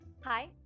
Hi